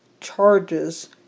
charges